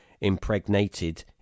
impregnated